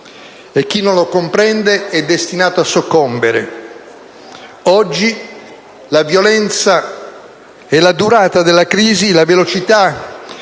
e chi non lo comprende è destinato a soccombere. Oggi la violenza e la durata della crisi, la velocità